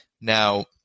Now